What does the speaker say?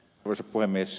arvoisa puhemies